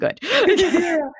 Good